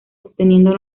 obteniendo